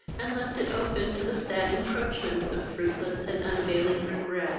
and left it open to the sad encroachments of fruitless and unavailing regret